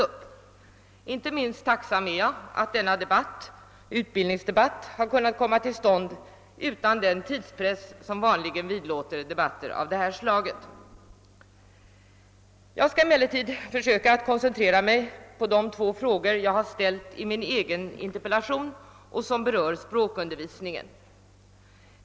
Jag är inte minst tacksam för att denna utbildningsdebatt har kunnat komma till stånd utan den tidspress som vanligen brukar vidlåda debatter av detta slag. Jag skall emellertid här försöka koncentrera mig på de två frågor som jag ställt i min interpellation och som berör språkundervisningen.